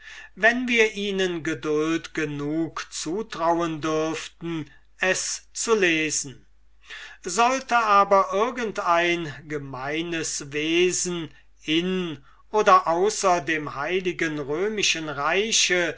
wenn wir ihnen geduld genug zutrauen dürften es zu lesen sollte aber irgend ein gemeines wesen in oder außer dem heil röm reiche